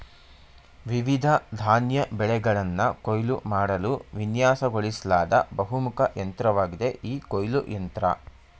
ವಿವಿಧ ಧಾನ್ಯ ಬೆಳೆಗಳನ್ನ ಕೊಯ್ಲು ಮಾಡಲು ವಿನ್ಯಾಸಗೊಳಿಸ್ಲಾದ ಬಹುಮುಖ ಯಂತ್ರವಾಗಿದೆ ಈ ಕೊಯ್ಲು ಯಂತ್ರ